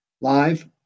live